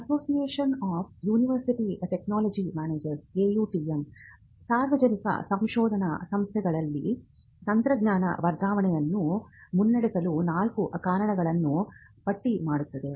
association of university technology managers AUTM ಸಾರ್ವಜನಿಕ ಸಂಶೋಧನಾ ಸಂಸ್ಥೆಗಳಿಗೆ ತಂತ್ರಜ್ಞಾನ ವರ್ಗಾವಣೆಯನ್ನು ಮುನ್ನಡೆಸಲು ನಾಲ್ಕು ಕಾರಣಗಳನ್ನು ಪಟ್ಟಿ ಮಾಡುತ್ತದೆ